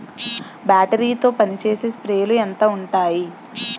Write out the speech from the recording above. Battery తో పనిచేసే స్ప్రేలు ఎంత ఉంటాయి?